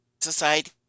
Society